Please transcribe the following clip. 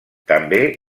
també